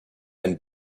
and